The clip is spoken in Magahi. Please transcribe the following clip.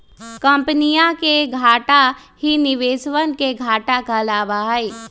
कम्पनीया के घाटा ही निवेशवन के घाटा कहलावा हई